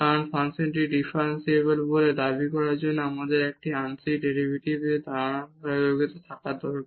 কারণ ফাংশনটি ডিফারেনশিবল বলে দাবি করার জন্য আমাদের একটি আংশিক ডেরিভেটিভের ধারাবাহিকতা থাকা দরকার